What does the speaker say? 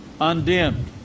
undimmed